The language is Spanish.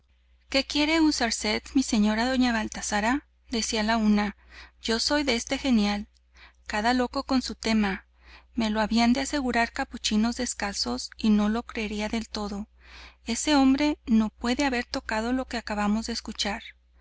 qué quiere usarced mi señora doña baltasara decía la una yo soy de este genial cada loco con su tema me lo habían de asegurar capuchinos descalzos y no lo creería del todo ese hombre no puede haber tocado lo que acabamos de escuchar